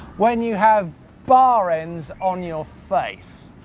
when you have bar ends on your face.